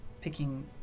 picking